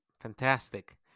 fantastic